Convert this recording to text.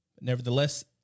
Nevertheless